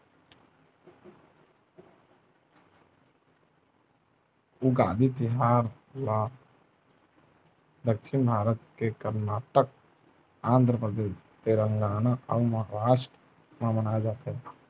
उगादी तिहार ल दक्छिन भारत के करनाटक, आंध्रपरदेस, तेलगाना अउ महारास्ट म मनाए जाथे